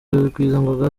rugwizangoga